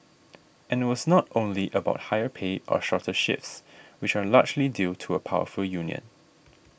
and it was not only about higher pay and shorter shifts which are largely due to a powerful union